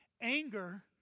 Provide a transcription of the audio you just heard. Anger